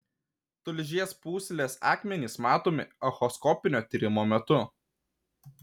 tulžies pūslės akmenys matomi echoskopinio tyrimo metu